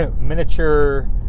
miniature